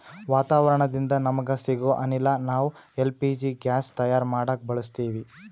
ವಾತಾವರಣದಿಂದ ನಮಗ ಸಿಗೊ ಅನಿಲ ನಾವ್ ಎಲ್ ಪಿ ಜಿ ಗ್ಯಾಸ್ ತಯಾರ್ ಮಾಡಕ್ ಬಳಸತ್ತೀವಿ